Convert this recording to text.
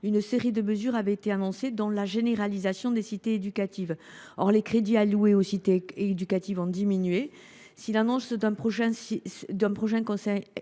une série de mesures avaient été annoncées, dont la généralisation des cités éducatives. Pourtant, les crédits alloués aux cités éducatives sont en baisse. L’annonce d’un prochain CIV est certes